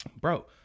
Bro—